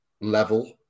level